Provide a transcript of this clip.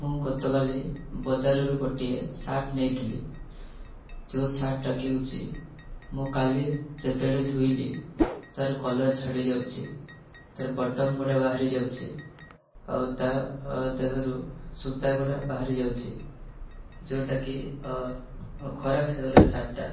ମୁଁ ଗତକାଲି ବଜାରରୁ ଗୋଟିଏ ସାର୍ଟ୍ ନେଇଥିଲି ଯେଉଁ ସାର୍ଟ୍ଟାକି ହେଉଛି ମୁଁ କାଲି ଯେତେବେଳେ ଧୋଇଲି ତାର କଲର୍ ଛାଡ଼ି ଯାଉଛି ତାର ବଟମ୍ଗୁଡ଼ା ବାହାରି ଯାଉଛି ଆଉ ତା ଦେହରୁ ସୁତା ଗୁଡ଼ା ବାହାରି ଯାଉଛି ଯେଉଁଟାକି ଖରାପ ହୋଇଗଲା ସାର୍ଟ୍ଟା